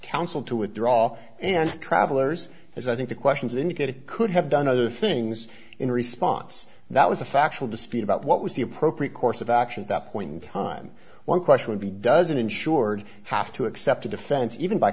counsel to withdraw and travelers as i think the questions indicated could have done other things in response that was a factual dispute about what was the appropriate course of action at that point in time one question would be does it insured have to accept a defense even by